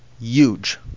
Huge